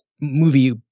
movie